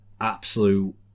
absolute